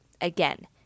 Again